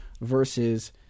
versus